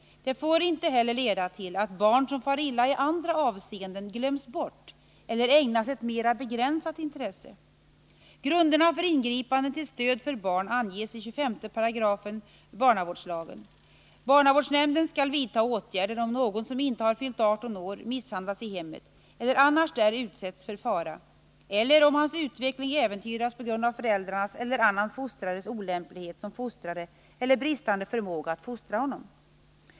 Det får inte heller leda till att barn som far illa i andra avseenden glöms bort eller ägnas ett mera begränsat intresse. Grunderna för ingripanden till stöd för barn anges i 25 § a) barnavårdslagen . Barnavårdsnämnden skall vidta åtgärder om någon som inte har fyllt 18 år misshandlas i hemmet eller annars där utsätts för fara, eller om hans utveckling äventyras på grund av föräldrarnas eller annan fostrares olämplighet som fostrare eller bristande förmåga att fostra honom.